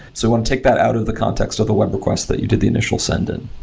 so and take that out of the context of the web request that you did the initial send in.